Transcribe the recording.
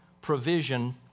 provision